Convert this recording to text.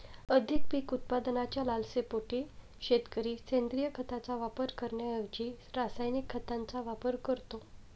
अधिक पीक उत्पादनाच्या लालसेपोटी शेतकरी सेंद्रिय खताचा वापर करण्याऐवजी रासायनिक खतांचा वापर करतो